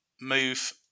move